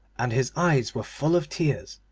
and his eyes were full of tears.